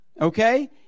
Okay